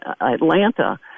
Atlanta